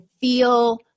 feel